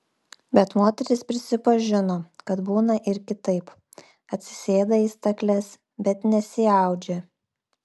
bet moteris prisipažino kad būna ir kitaip atsisėda į stakles bet nesiaudžia